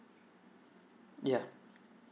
yeah